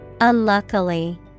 Unluckily